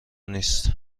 نیست